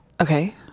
Okay